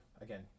again